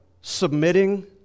submitting